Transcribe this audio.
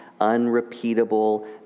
unrepeatable